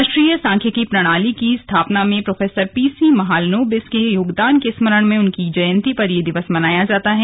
राष्ट्रीय सांख्यिकी प्रणाली की स्थापना में प्रोफेसर पी सी महालनोबिस के योगदान के स्म रण में उनकी जयंती पर यह दिवस मनाया जाता है